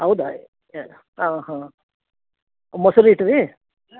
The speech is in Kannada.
ಹೌದ ಎ ಹಾಂ ಹಾಂ ಮೊಸರೈತಾ ರೀ